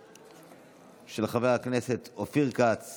של חבר הכנסת אופיר כץ